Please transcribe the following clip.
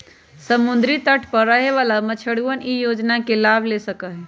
समुद्री तट पर रहे वाला मछुअरवन ई योजना के लाभ ले सका हई